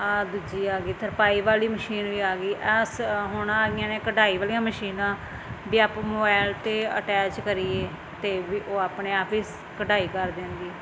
ਇਹ ਦੂਜੀ ਆ ਗਈ ਤਰਪਾਈ ਵਾਲੀ ਮਸ਼ੀਨ ਵੀ ਆ ਗਈ ਆਸ ਹੁਣ ਆ ਗਈਆਂ ਨੇ ਕਢਾਈ ਵਾਲੀਆਂ ਮਸ਼ੀਨਾਂ ਵੀ ਆਪ ਮੋਬੈਲ 'ਤੇ ਅਟੈਚ ਕਰੀਏ ਅਤੇ ਵੀ ਉਹ ਆਪਣੇ ਆਪ ਹੀ ਸ ਕਢਾਈ ਕਰ ਦਿੰਦੀ